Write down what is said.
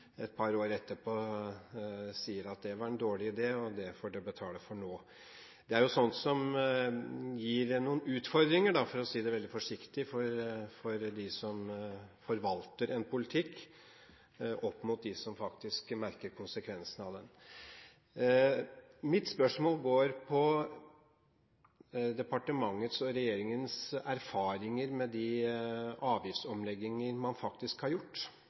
et par år etterpå sier at det var en dårlig idé, og det får de betale for nå. Det er slikt som gir noen utfordringer, for å si det veldig forsiktig, for dem som forvalter en politikk, opp mot dem som faktisk merker konsekvensene av den. Mitt spørsmål går på departementets og regjeringens erfaringer med de avgiftsomlegginger man faktisk har gjort,